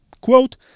Quote